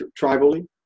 tribally